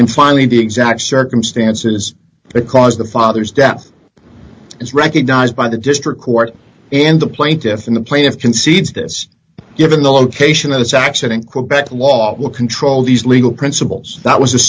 in finally the exact circumstances because the father's death is recognized by the district court and the plaintiffs in the plaintiff concedes this given the location of this accident quebec law will control these legal principles that was a